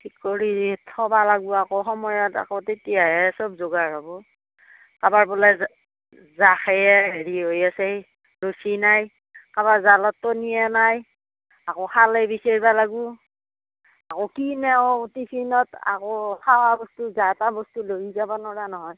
ঠিক কৰি থবা লাগবু আকৌ সময়ত আকৌ তেতিয়াহে চব যোগাৰ হবো কাবাৰ বোলে জাকেই এই হেৰি হৈ আছে ৰচী নাই কাবাৰ জালত টনিয়ে নাই আকো খালেই বিচেৰবা লাগবু আকো কি নেও টিফিনত আকো খাৱা বস্তু যা তা বস্তু লৈও যাবা ন'ৰা নহয়